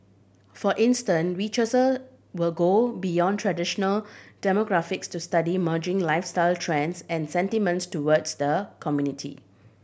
for instance researcher will go beyond traditional demographics to study emerging lifestyle trends and sentiments towards the community